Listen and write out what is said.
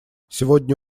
сегодня